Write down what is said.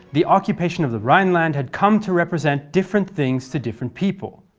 the occupation of the rhineland had come to represent different things to different people.